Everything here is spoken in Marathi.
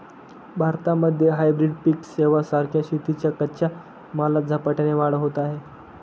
भारतामध्ये हायब्रीड पिक सेवां सारख्या शेतीच्या कच्च्या मालात झपाट्याने वाढ होत आहे